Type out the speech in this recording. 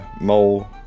Mole